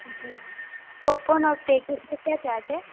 जी popcorn और patties का क्या चार्ज है